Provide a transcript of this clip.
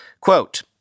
Quote